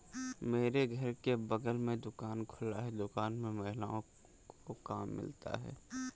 मेरे घर के बगल में दुकान खुला है दुकान में महिलाओं को काम मिलता है